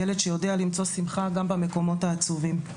ילד שיודע למצוא שמחה גם במקומות העצובים.